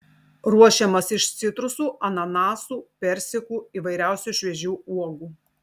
ruošiamas iš citrusų ananasų persikų įvairiausių šviežių uogų